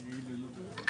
אני אענה על זה.